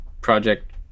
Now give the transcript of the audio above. Project